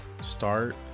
start